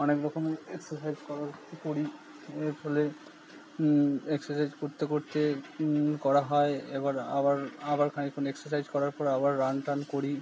অনেক রকমের এক্সেরসাইজ করার করি এর ফলে এক্সেরসাইজ করতে করতে করা হয় এবার আবার আবার খানিকক্ষণ এক্সেরসাইজ করার পর আবার রান টান করি